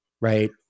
right